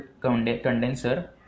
condenser